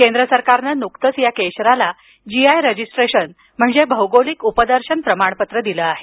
केंद्र सरकारनं नुकतंच या केशराला जीआय रजिस्ट्रेशन म्हणजेच भौगोलिक उपदर्शन प्रमाणपत्र दिलं आहे